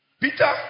Peter